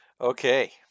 Okay